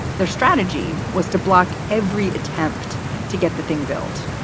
their strategy was to block every attempt to get the thing built.